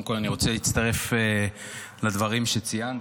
קודם כול, אני רוצה להצטרף לדברים שציינת.